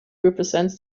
represents